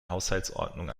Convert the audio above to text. haushaltsordnung